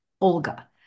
Olga